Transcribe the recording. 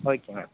okay ma'am